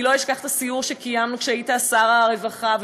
אני לא אשכח את הסיור שקיימנו כשהיית שר הרווחה,